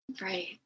Right